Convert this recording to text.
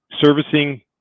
servicing